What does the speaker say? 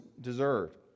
deserved